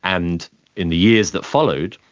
and in the years that followed,